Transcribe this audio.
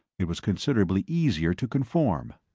it was considerably easier to conform.